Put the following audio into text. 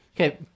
okay